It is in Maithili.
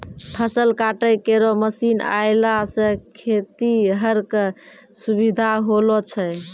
फसल काटै केरो मसीन आएला सें खेतिहर क सुबिधा होलो छै